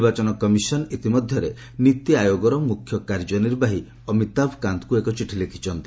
ନିର୍ବାଚନ କମିଶନ୍ ଇତିମଧ୍ୟରେ ନିତିଆୟୋଗର ମୁଖ୍ୟ କାର୍ଯ୍ୟ ନିର୍ବାହୀ ଅମିତାଭ କାନ୍ତଙ୍କୁ ଏକ ଚିଠି ଲେଖିଛନ୍ତି